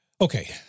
Okay